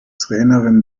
trainerin